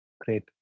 Great